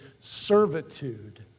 servitude